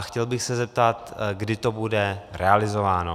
Chtěl bych se zeptat, kdy to bude realizováno.